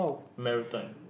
marathon